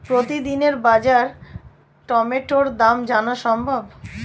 প্রতিদিনের বাজার টমেটোর দাম জানা সম্ভব?